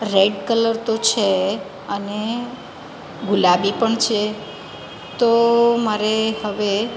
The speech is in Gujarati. રેડ કલર તો છે અને ગુલાબી પણ પણ છે તો મારે હવે